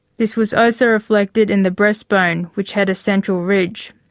this was also reflected in the breastbone which had a central ridge.